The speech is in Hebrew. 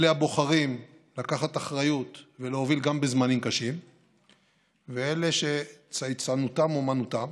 אלה הבוחרים לקחת אחריות ולהוביל גם בזמנים קשים ואלה שצייצנותם אומנותם